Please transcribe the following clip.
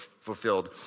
fulfilled